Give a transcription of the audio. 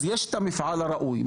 אז יש את המפעל הראוי.